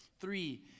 Three